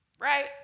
Right